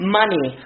money